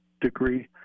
degree